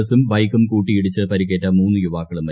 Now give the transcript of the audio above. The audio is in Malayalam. ബസും ബൈക്കും കൂട്ടിയിടിച്ച് പരിക്കേറ്റ മൂന്ന് യുവാക്കളും മരിച്ചു